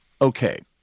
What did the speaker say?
okay